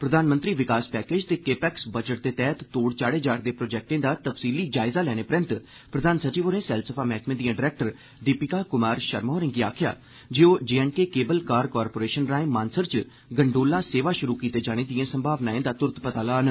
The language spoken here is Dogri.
प्रधानमंत्री विकास पैकेज ते केपैक्स बजट दे तैह्त तोढ़ चाढ़े जा रदे प्रोजेक्टे दा तफ्सीली जायजा लैने परैन्त प्रधान सचिव होरें सैलसफा मैह्कमे दिएं डरैक्टर दीपिका कुमार षर्मा होरेंगी निर्देष दित्ता जे ओह् जेएंडके केबल कार कारोरेषनै राएं मानसर च गंडोला सेवा षुरु कीते जाने दिएं संभावनाएं दा तुरत पता लान